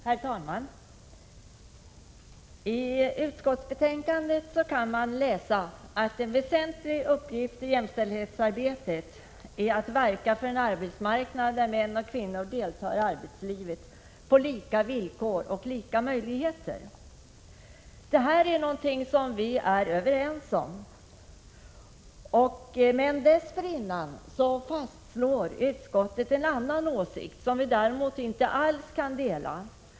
Herr talman! I utskottsbetänkandet kan man läsa att en väsentlig uppgift i jämställdhetsarbetet är att verka för en arbetsmarknad där män och kvinnor deltar i arbetslivet på lika villkor och med lika möjligheter. Det här är någonting som det råder enighet om. Men dessförinnan fastslog utskottet en annan åsikt som vi moderater inte alls kan dela.